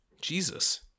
Jesus